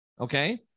okay